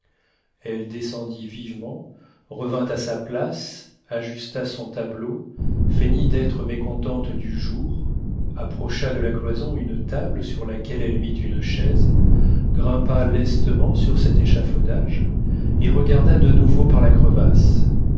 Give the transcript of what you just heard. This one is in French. elle descendit vivement revint à sa place ajusta son tableau feignit d'être mécontente du jour approcha de la cloison une table sur laquelle elle mit une chaise grimpa lestement sur cet échafaudage et regarda de nouveau par la crevasse